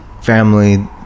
family